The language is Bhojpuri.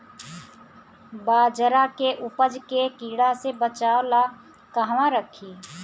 बाजरा के उपज के कीड़ा से बचाव ला कहवा रखीं?